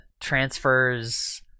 transfers